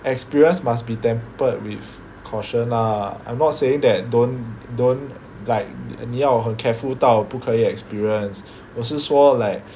experience must be tempered with caution lah I'm not saying that don't don't like 你要很 careful 到不可以 experience 我是说 like